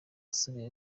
asigaye